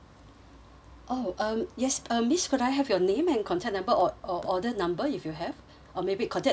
oh um yes uh miss could I have your name and contact number or or order number if you have or maybe contact number will do